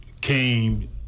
came